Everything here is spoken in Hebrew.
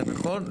זה נכון?